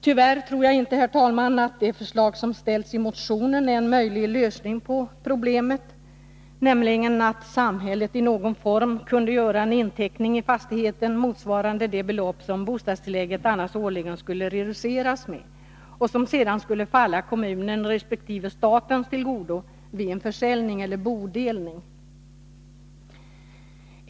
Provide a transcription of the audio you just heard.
Tyvärr tror jag inte att det förslag som ställs i motionen är en möjlig lösning på problemet. Där föreslås nämligen att samhället i någon form kunde göra en inteckning i fastigheten, motsvarande det belopp som bostadstillägget annars årligen skulle reduceras med, som sedan skulle komma kommunen resp. staten till godo vid en försäljning eller bodelning.